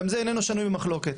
גם זה איננו שנוי במחלוקת.